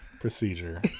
Procedure